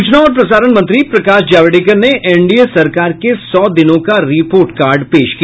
सूचना और प्रसारण मंत्री प्रकाश जावड़ेकर ने एनडीए सरकार के सौ दिनों का रिपोर्ट कार्ड पेश किया